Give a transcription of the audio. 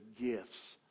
gifts